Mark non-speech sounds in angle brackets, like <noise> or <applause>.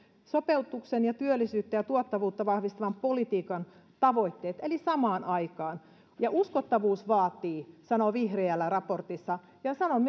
sopeutuksen ja työllisyyttä ja tuottavuutta vahvistavan politiikan tavoitteet eli samaan aikaan ja uskottavuus vaatii sanoo vihriälä raportissaan sanon <unintelligible>